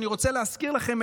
אני רוצה להזכיר לכם,